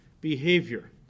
behavior